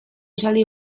esaldi